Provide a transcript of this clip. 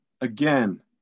Again